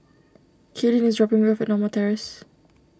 Kaitlyn is dropping me off Norma Terrace